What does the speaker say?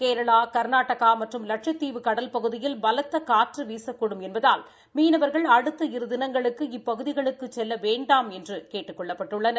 கேரளா கா்நாடகா மற்றும் லட்சத்தீவு கடல் பகுதியில் பலத்த காற்று வீசக்கூடும் என்பதால் மீனவா்கள் அடுத்த இரு திளங்களுக்கு இப்பகுதிகளுக்குச் செல்ல வேண்டாம் என்றும் கேட்டுக் கொள்ளப்பட்டுள்ளனர்